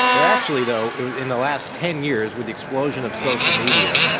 they're actually, though, in the last ten years, with the explosion of social media